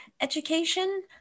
education